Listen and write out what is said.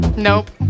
Nope